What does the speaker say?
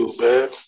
man